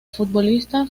futbolista